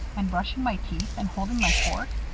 and brushing my teeth and holding my fork.